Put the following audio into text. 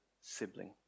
sibling